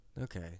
Okay